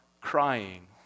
crying